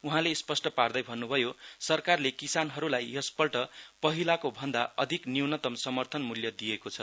उहाँले स्पष्ट पार्दै भन्नुभयो सरकारले किसानहरूलाई यसपल्ट पहिलाको भन्दा अधिक न्यूनतम् समर्थन मूल्य दिएको छ